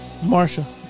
Marsha